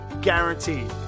Guaranteed